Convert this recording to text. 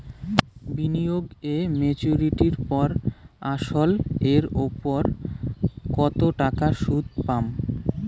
বিনিয়োগ এ মেচুরিটির পর আসল এর উপর কতো টাকা সুদ পাম?